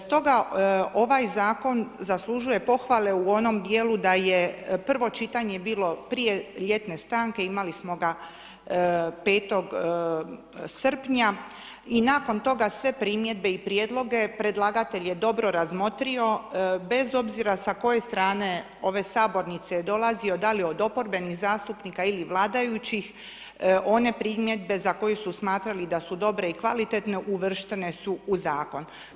Stoga ovaj zakon zaslužuje pohvale u onom dijelu da je prvo čitanje bilo prije ljetne stanke, imali smo ga 5. srpnja i nakon toga sve primjedbe i prijedloge predlagatelj je dobro razmotrio bez obzira sa koje strane ove sabornice je dolazio, da li od oporbenih zastupnika ili vladajućih, one primjedbe za koje su smatrali da su dobre i kvalitetne uvrštene su u zakon.